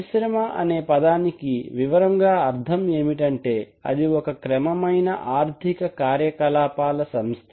పరిశ్రమ అనే పదానికి వివరముగా అర్థం ఏమిటంటే అది ఒక క్రమమైన ఆర్థిక కార్యకలాపాల సంస్థ